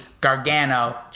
Gargano